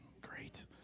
great